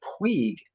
Puig